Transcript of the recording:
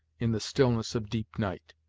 in the stillness of deep night.